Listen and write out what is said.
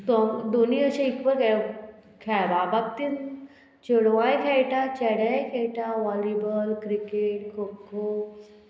दोन दोनी अशें एकव खेळ खेळपा बाबतींत चेडवांय खेळटा चेडेय खेळटा वॉलीबॉल क्रिकेट खो खो